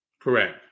Correct